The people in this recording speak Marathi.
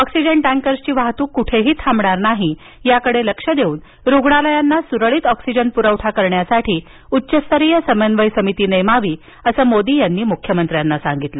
ऑक्सीजन टँकर्सची वाहतूक कुठेही थांबणार नाहीयाकडे लक्ष देऊन रुग्णालयांना सुरळीत ऑक्सीजन पुरवठा करण्यासाठी उच्चस्तरीय समन्वयसमिती नेमावी असं मोदी यांनी मुख्यमंत्र्यांना सांगितलं